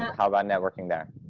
how about networking there?